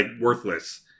worthless